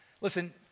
Listen